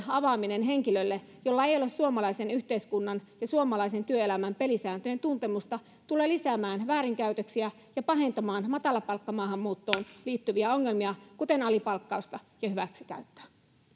avaaminen henkilöille joilla ei ole suomalaisen yhteiskunnan ja suomalaisen työelämän pelisääntöjen tuntemusta tulee lisäämään väärinkäytöksiä ja pahentamaan matalapalkkamaahanmuuttoon liittyviä ongelmia kuten alipalkkausta ja hyväksikäyttöä